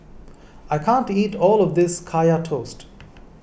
I can't eat all of this Kaya Toast